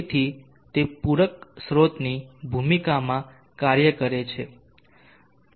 તેથી તે પૂરક સ્રોતની ભૂમિકામાં કાર્ય કરે છે